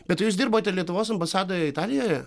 bet jūs dirbote lietuvos ambasadoje italijoje